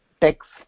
text